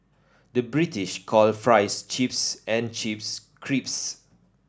the British call fries chips and chips crisps